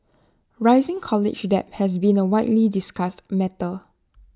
rising college debt has been A widely discussed matter